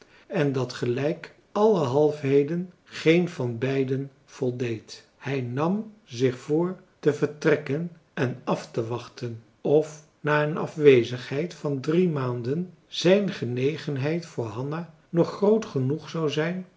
en dat gelijk alle halfheden geen van beiden voldeed hij nam zich voor te vertrekken en aftewachten of na een afwezigheid van drie maanden zijn genegenheid voor hanna nog groot genoeg zou zijn